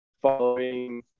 following